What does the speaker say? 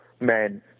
men